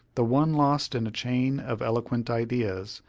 the one lost in a chain of eloquent ideas,